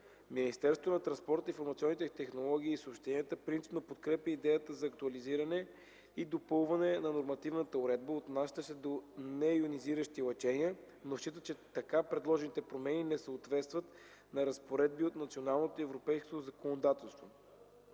Министерството на транспорта, информационните технологии и съобщенията принципно подкрепя идеята за актуализиране и допълване на нормативната уредба, отнасяща се до нейонизиращите лъчения, но счита, че така предложените промени не съответстват на разпоредби от националното и европейското законодателство.